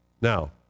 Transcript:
Now